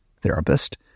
therapist